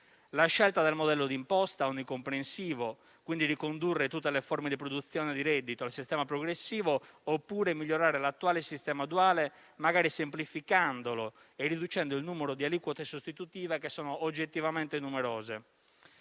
la scelta del modello di imposta onnicomprensivo, quindi ricondurre tutte le forme di produzione di reddito al sistema progressivo oppure migliorare l'attuale sistema duale, magari semplificandolo e riducendo il numero di aliquote sostitutive che sono oggettivamente numerose.